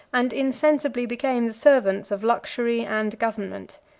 and insensibly became the servants of luxury and government.